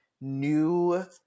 new